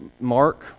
Mark